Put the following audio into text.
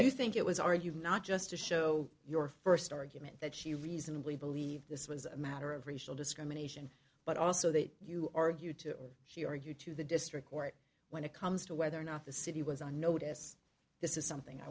do think it was argued not just to show your first argument that she reasonably believed this was a matter of racial discrimination but also that you or you to she argue to the district court when it comes to whether or not the city was on notice this is something i